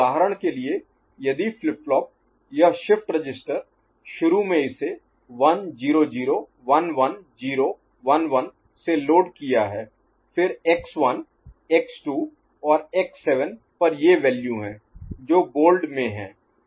उदाहरण के लिए यदि फ्लिप फ्लॉप यह शिफ्ट रजिस्टर शुरू में इसे 1 0 0 1 1 0 1 1 से लोड किया है फिर एक्स 1 एक्स 2 और एक्स 7 पर ये वैल्यू हैं जो बोल्ड में है